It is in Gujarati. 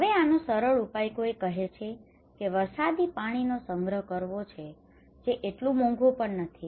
હવે આનો સરળ ઉપાય કોઈ કહે છે કે વરસાદી પાણીનો સંગ્રહ કરવો છે જે એટલું મોંઘું પણ નથી